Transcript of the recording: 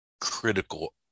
critical